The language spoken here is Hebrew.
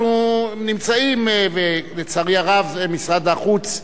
אנחנו נמצאים, ולצערי הרב זה משרד החוץ.